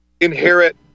inherit